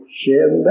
share